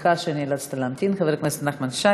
סליחה שנאלצת להמתין, חבר הכנסת נחמן שי.